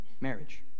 marriage